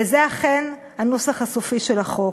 וזה אכן הנוסח הסופי של החוק.